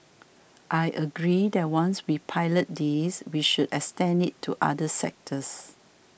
I agree that once we pilot this we should extend it to other sectors